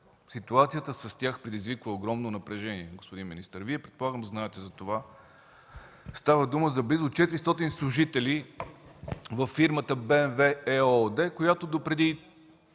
ситуацията с тях предизвиква огромно напрежение, господин министър. Вие, предполагам, знаете за това. Става дума за близо 400 служители във фирмата БМВ ЕООД, която допреди